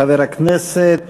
חבר הכנסת